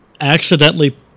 accidentally